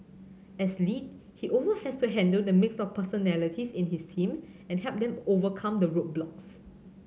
as lead he also has to handle the mix of personalities in his team and help them overcome the roadblocks